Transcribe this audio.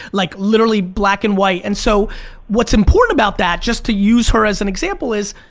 like literally black and white. and so what's important about that, just to use her as an example is,